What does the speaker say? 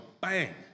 bang